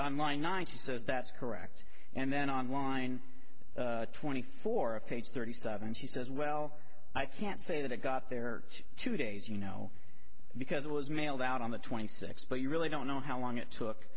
lying nine she says that's correct and then on line twenty four of page thirty seven she says well i can't say that it got there two days you know because it was mailed out on the twenty sixth but you really don't know how long it took